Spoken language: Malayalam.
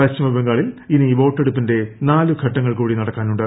പശ്ചിമ ബംഗാളിൽ ഇനി വോട്ടെടുപ്പിന്റെ നാല് ഘട്ടങ്ങൾ കൂടി നടക്കാനുണ്ട്